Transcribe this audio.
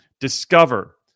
Discover